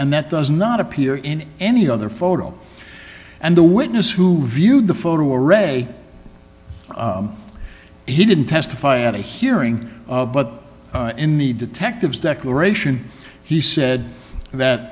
and that does not appear in any other photo and the witness who viewed the photo array he didn't testify at a hearing but in the detective's declaration he said that